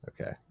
Okay